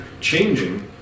changing